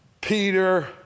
Peter